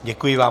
Děkuji vám.